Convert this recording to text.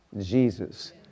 Jesus